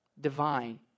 Divine